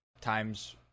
times